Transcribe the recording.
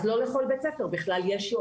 אז לא לכל בית ספר יש בכלל יועצת.